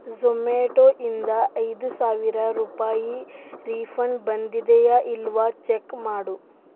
Zomato ಇಂದ ಐದು ಸಾವಿರ ರೂಪಾಯಿ ರೀಫಂಡ್ ಬಂದಿದೆಯಾ ಇಲ್ವ ಚೆಕ್ ಮಾಡು